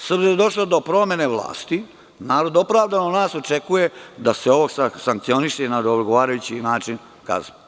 S obzirom, da je došlo do promene vlasti, narod opravdano od nas očekuje da se ovo sankcioniše i na odgovarajući način kazni.